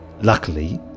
luckily